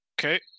Okay